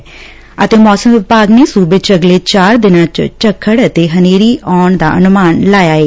ਮੌਸਮ ਵਿਭਾਗ ਨੇ ਸੂਬੇ 'ਚ ਅਗਲੇ ਚਾਰ ਦਿਨਾਂ 'ਚ ਝੱਖੜ ਅਤੇ ਹਨ੍ਹੇਰੀ ਆਉਣ ਦਾ ਅਨੁਮਾਨ ਲਗਾਇਆ ਏ